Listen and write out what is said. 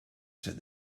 said